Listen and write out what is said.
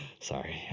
sorry